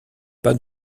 pas